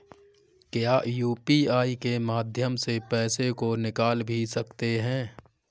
क्या यू.पी.आई के माध्यम से पैसे को निकाल भी सकते हैं?